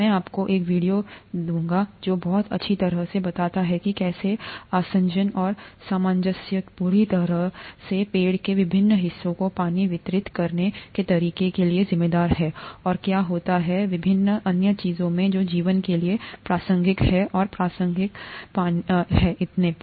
मैं आपको एक वीडियो देगा जो बहुत अच्छी तरह से बताता है कि कैसे आसंजन और सामंजस्य पूरी तरह से है पेड़ के विभिन्न हिस्सों को पानी वितरित करने के तरीके के लिए जिम्मेदार है और क्या होता है विभिन्न अन्य चीजों में जो जीवन के लिए प्रासंगिक हैं और प्रासंगिक हैं पानी और इतने पर